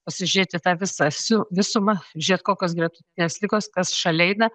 pasižiūrėt į tą visą siu visumą žiūrėt kokios gretutinės ligos kas šalia eina